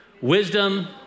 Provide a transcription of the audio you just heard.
wisdom